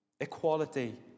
Equality